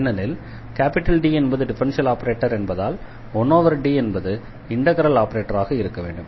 ஏனெனில் D என்பது differential operator என்பதால் 1D என்பது இண்டெக்ரல் ஆபரேட்டர் ஆக இருக்க வேண்டும்